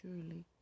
surely